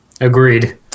Agreed